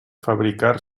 fabricar